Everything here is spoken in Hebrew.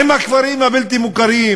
עם הכפרים הבלתי-מוכרים,